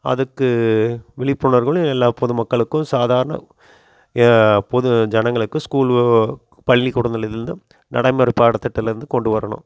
அதுக்கு விழிப்புணர்வுகள் எல்லா பொது மக்களுக்கும் சாதாரண பொது ஜனங்களுக்கும் ஸ்கூலு பள்ளிகூடத்திலேருந்தும் நடைமுறை பாடத்திட்டத்திலேருந்து கொண்டு வரணும்